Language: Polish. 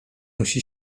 musi